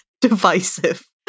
divisive